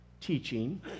teaching